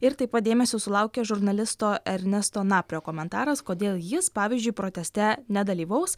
ir taip pat dėmesio sulaukė žurnalisto ernesto naprio komentaras kodėl jis pavyzdžiui proteste nedalyvaus